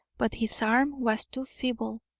but his arm was too feeble.